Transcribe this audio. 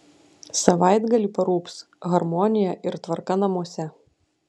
savaitgalį parūps harmonija ir tvarka namuose